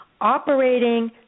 operating